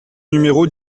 numéro